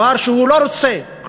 דבר שהוא לא רוצה בו.